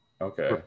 okay